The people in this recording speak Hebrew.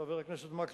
חבר הכנסת מקלב,